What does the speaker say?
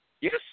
Yes